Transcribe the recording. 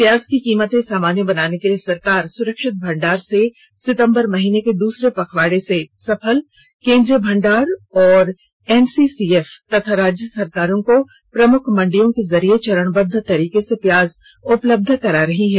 प्याज की कीमतें सामान्य बनाने के लिए सरकार सुरक्षित भंडार से सितम्बर महीने के दूसरे पखवाड़े से सफल केन्द्रीय भंडार और एनसीसीएफ तथा राज्य सरकारों को प्रमुख मंडियों के जरिए चरणबद्व तरीके से प्याज उपलब्ध करा रही है